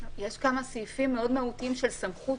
יש כמה סעיפים מאוד מהותיים של סמכות,